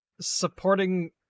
supporting